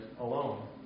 alone